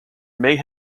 may